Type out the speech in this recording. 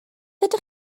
ydych